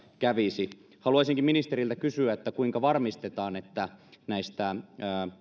kävisi haluaisinkin ministeriltä kysyä kuinka varmistetaan että näistä